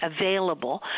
available